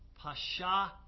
Pasha